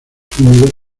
húmedos